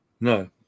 No